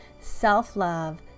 self-love